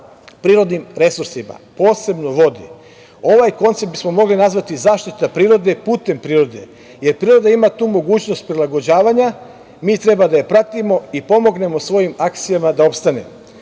prirodnim resursima, posebno vodi. Ovaj koncept bismo mogli nazvati zaštita prirode putem prirode, jer priroda ima tu mogućnost prilagođavanja. Mi treba da je pratimo i pomognemo svojim akcijama da opstane.